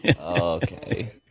Okay